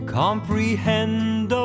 comprehend